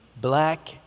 Black